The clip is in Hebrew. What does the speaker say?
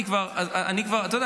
אתה יודע,